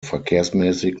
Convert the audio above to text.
verkehrsmäßig